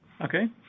Okay